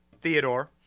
Theodore